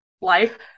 Life